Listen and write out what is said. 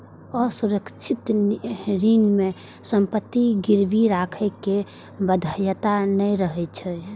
असुरक्षित ऋण मे संपत्ति गिरवी राखै के बाध्यता नै रहै छै